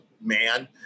man